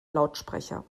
lautsprecher